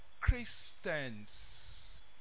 Christians